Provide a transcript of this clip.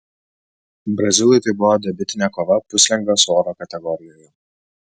brazilui tai buvo debiutinė kova puslengvio svorio kategorijoje